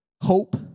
hope